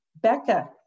Becca